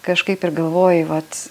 kažkaip ir galvoji vat